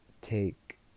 take